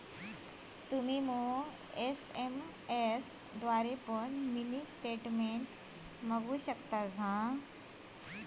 तुम्ही एस.एम.एस द्वारे पण मिनी स्टेटमेंट मागवु शकतास